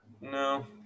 No